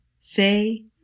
say